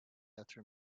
after